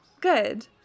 Good